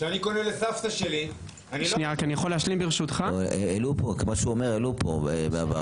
כשאני קונה לסבתא שלי אני לא --- מה שהוא אומר העלו פה בעבר,